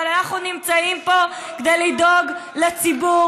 אבל אנחנו נמצאים פה כדי לדאוג לציבור